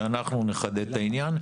שאנחנו נחדד את העניין.